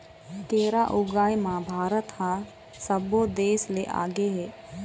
केरा ऊगाए म भारत ह सब्बो देस ले आगे हे